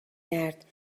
کرد